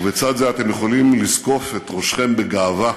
ובצד זה אתם יכולים לזקוף את ראשכם בגאווה,